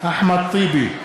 אחמד טיבי,